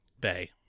bay